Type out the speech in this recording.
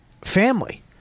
family